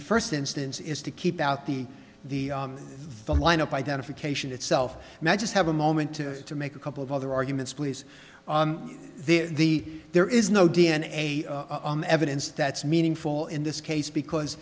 the first instance is to keep out the the the line up identification itself and i just have a moment to to make a couple of other arguments please the there is no d n a evidence that's meaningful in this case because